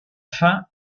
fin